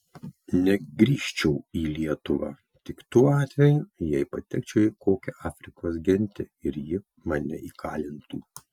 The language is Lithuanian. negrįžčiau į lietuvą tik tuo atveju jei patekčiau į kokią afrikos gentį ir ji mane įkalintų